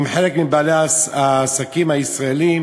עם חלק מבעלי העסקים הישראלים,